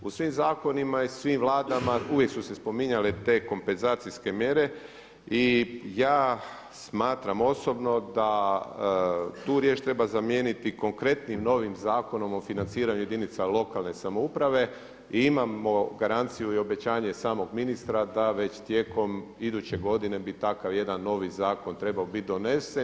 U svim zakonima i svim Vladama uvijek su se spominjale te kompenzacijske mjere i ja smatram osobno da tu riječ treba zamijeniti konkretnim novim Zakonom o financiranju jedinica lokalne samouprave i imamo garanciju i obećanje samog ministra da već tijekom iduće godine bi takav jedan novi zakon trebao biti donesen.